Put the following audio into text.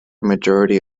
majority